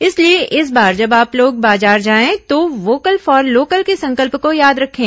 इसलिए इस बार जब आप लोग बाजार जाएं तो वोकल फॉर लोकल के संकल्प को याद रखें